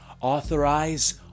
Authorize